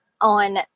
on